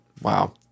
Wow